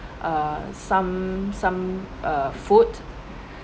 uh some some uh food